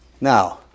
Now